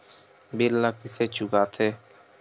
bill ला कइसे चुका थे